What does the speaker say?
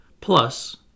plus